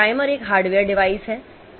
timer एक hardware device है